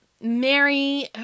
Mary